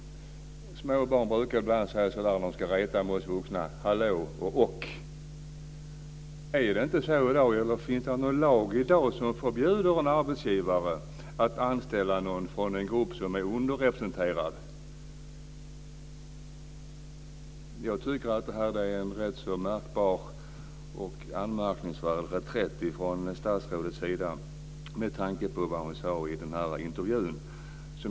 Fru talman! Som småbarn ibland brukar säga när de ska retas med oss vuxna: Hallå! Och? Är det inte så i dag? Finns det någon lag som förbjuder en arbetsgivare att anställa någon från en grupp som är underrepresenterad? Jag tycker att detta är en rätt märkbar och anmärkningsvärd reträtt från statsrådets sida, med tanke på vad hon sade i intervjun.